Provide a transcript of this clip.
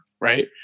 right